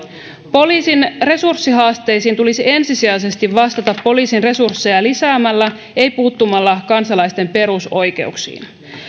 poliisin resurssihaasteisiin tulisi ensisijaisesti vastata poliisin resursseja lisäämällä ei puuttumalla kansalaisten perusoikeuksiin